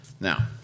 Now